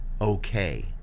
okay